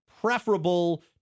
preferable